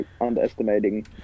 underestimating